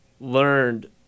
learned